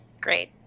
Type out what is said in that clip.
great